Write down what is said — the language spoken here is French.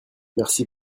merci